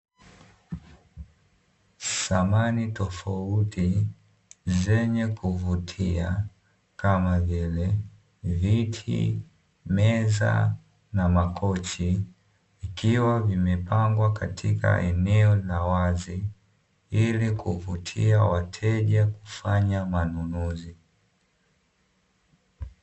Samani tofauti zenye kuvutia kama vile viti, meza na makochi vikiwa vimepangwa katika eneo la wazi ili kuvutia wateja kufanya manunuzi.